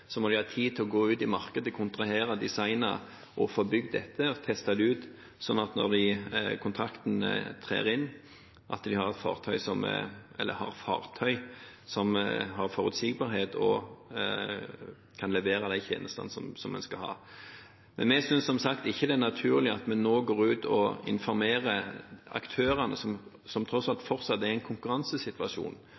må de ha tid til å gå ut i markedet, kontrahere, designe, få bygd dem og testet dem ut, slik at når kontrakten trer inn, har de fartøy som har forutsigbarhet og kan levere de tjenestene en skal ha. Vi synes som sagt ikke det er naturlig at vi nå går ut og informerer aktørene, som tross alt